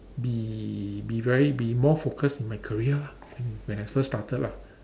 be be very be more focused in my career lah when I first started lah